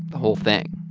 the whole thing.